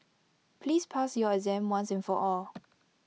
please pass your exam once and for all